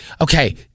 okay